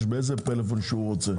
להשתמש באיזה טלפון שהוא רוצה,